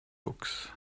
books